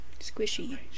squishy